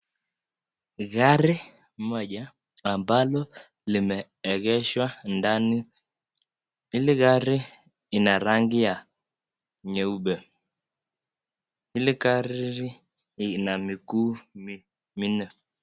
Gari moja ambalo limeegeshwa ndani. Hili gari ina rangi ya nyeupe. Ile gari ina miguu minne.